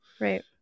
right